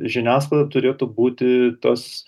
žiniasklaida turėtų būti tas